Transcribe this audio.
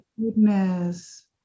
Goodness